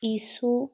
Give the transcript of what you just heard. ਈਸੋ